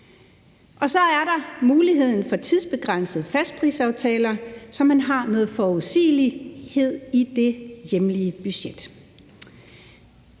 Og så er der muligheden for tidsbegrænsede fastprisaftaler, så man har noget forudsigelighed i det hjemlige budget.